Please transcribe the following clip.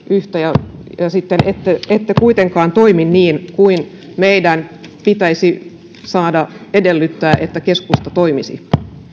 yhtä ja sitten ette ette kuitenkaan toimi niin kuin meidän pitäisi saada edellyttää että keskusta toimisi